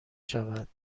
شود